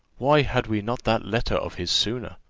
why had we not that letter of his sooner?